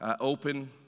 open